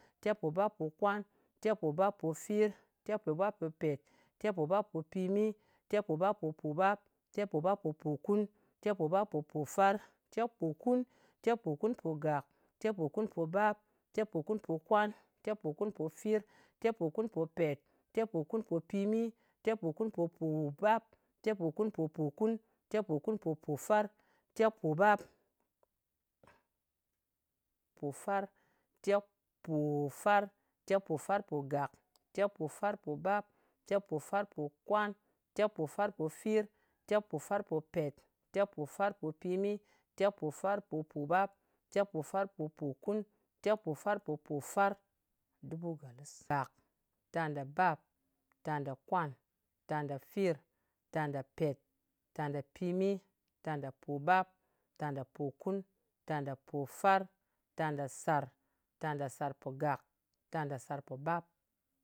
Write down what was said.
tekpobappokwan, tekpobappofir, tekpobappopet, tekpobappopimi, tekpobappopòbap, tekpobappopòkun, tekpobappopòfar, tekpòkun. Tekpòkunpogàk, tekpòkunpobap, tekpòkunpokwan, tekpòkunpofir, tekpòkunpopet, tekpòkunpopimi, tekpòkunpopobap, tekpòkunpopòkun, tekpòkunpopòfar, tekpòbap. Tekpòfar, tekpòfarpogàk, tekpofarpobap, tekpofarpokwan, tekpofarpofir, tekpofarpopèt, tekpofarpopimi, tekpofarpopopòbap, tekpofarpopòkun, tekpofarpopòfar, ɗubu gaklis. Gàk. Ta nda bap, ta nda kwan, ta nda fir, ta nda pèt, ta nda pimi, ta nda pòbap, ta nda pòkun, ta nda pofar, ta nda sàr, ta nda sàrpògàk, ta nda sarpòbap.